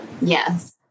yes